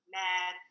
mad